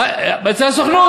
אצל הסוכנות.